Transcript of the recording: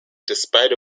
despite